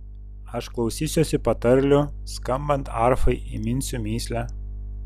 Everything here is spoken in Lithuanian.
aš klausysiuosi patarlių skambant arfai įminsiu mįslę